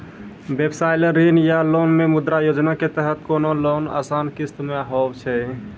व्यवसाय ला ऋण या लोन मे मुद्रा योजना के तहत कोनो लोन आसान किस्त मे हाव हाय?